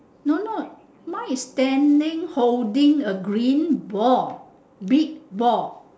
no no mine is standing holding a green ball big ball